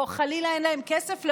או חלילה אין להם כסף לאוטו,